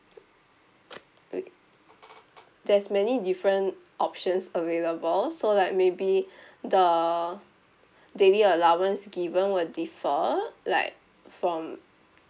we there's many different options available so like maybe the daily allowance given will differ like from